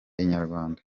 inyarwanda